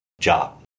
job